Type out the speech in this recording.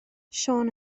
siôn